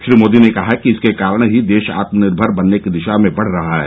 श्रीमोदी ने कहा कि इसके कारण ही देश आत्मनिर्भर बनने की दिशा में बढ़ रहा है